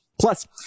Plus